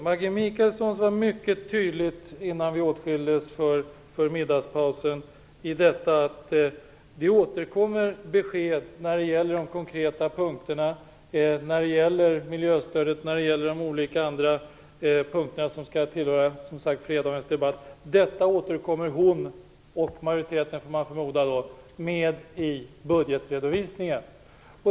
Maggi Mikaelsson sade mycket tydligt innan vi åtskildes för middagspausen att man återkommer med besked på de konkreta punkterna när det gäller miljöstödet och de olika andra frågor som skall behandlas under fredagens debatt. Detta återkommer hon med, och majoriteten får man då förmoda, i budgetredovisningen.